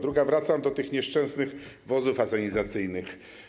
Druga: wracam do tych nieszczęsnych wozów asenizacyjnych.